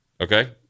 Okay